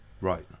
Right